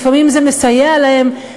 לפעמים זה מסייע להם,